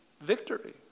victory